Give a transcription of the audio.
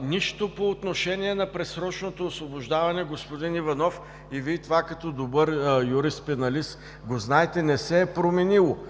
Нищо по отношение на предсрочното освобождаване, господин Иванов – и Вие това като добър юрист пеналист го знаете – не се е променило.